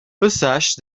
passage